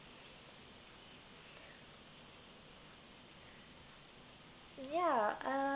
ya uh